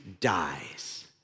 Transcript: dies